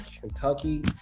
Kentucky